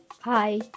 Hi